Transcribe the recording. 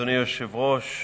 אדוני היושב-ראש,